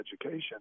education